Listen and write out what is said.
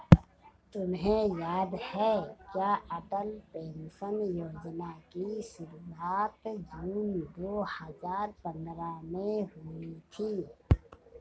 तुम्हें याद है क्या अटल पेंशन योजना की शुरुआत जून दो हजार पंद्रह में हुई थी?